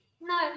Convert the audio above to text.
no